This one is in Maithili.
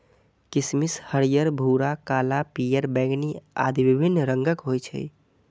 किशमिश हरियर, भूरा, काला, पीयर, बैंगनी आदि विभिन्न रंगक होइ छै